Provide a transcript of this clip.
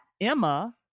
Emma